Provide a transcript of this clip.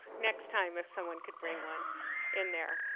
next time f someone could bring one in there.